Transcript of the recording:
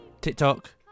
TikTok